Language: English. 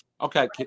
Okay